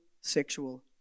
sexual